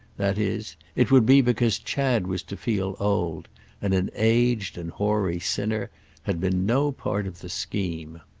that is, it would be because chad was to feel old and an aged and hoary sinner had been no part of the scheme.